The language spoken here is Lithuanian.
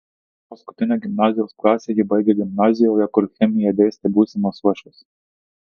paskutinę gimnazijos klasę ji baigė gimnazijoje kur chemiją dėstė būsimas uošvis